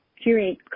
curate